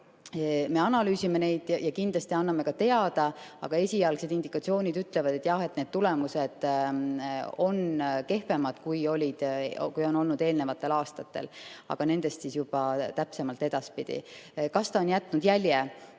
Me analüüsime neid ja kindlasti anname ka teada, aga esialgsed indikatsioonid ütlevad, et jah, need tulemused on kehvemad, kui on olnud eelnevatel aastatel. Aga nendest täpsemalt juba edaspidi. Kas ta on jätnud jälje?